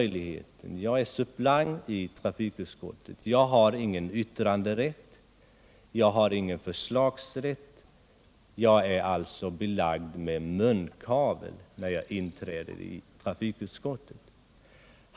Jag är suppleant i trafikutskottet, och jag har ingen yttranderätt, ingen förslagsrätt. Jag är alltså belagd med munkavle när jag inträder i utskottet.